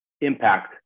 impact